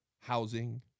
housing